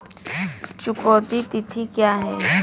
चुकौती तिथि क्या है?